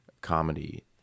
comedy